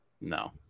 No